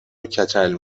کچل